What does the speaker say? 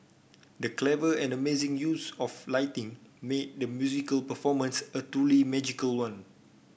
the clever and amazing use of lighting made the musical performance a truly magical one